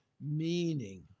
meaning